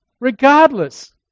regardless